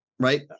Right